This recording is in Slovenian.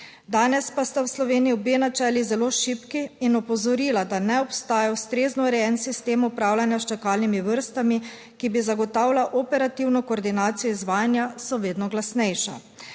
Danes pa sta v Sloveniji obe načeli zelo šibki in opozorila, da ne obstaja ustrezno urejen sistem upravljanja s čakalnimi vrstami, ki bi zagotavljal operativno koordinacijo izvajanja, so vedno glasnejša.